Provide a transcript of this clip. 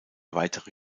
weitere